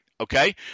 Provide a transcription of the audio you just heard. okay